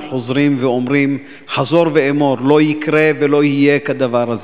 חוזרים ואומרים חזור ואמור: לא יקרה ולא יהיה כדבר זה.